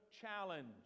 challenge